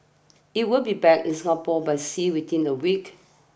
it will be back in Singapore by sea within a week